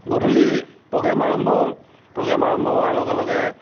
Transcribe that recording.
গধূলি প্ৰ'গেম আৰম্ভ হ'ল প্ৰ'গেম আৰম্ভ হোৱাৰ লগে লগে